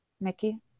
Mickey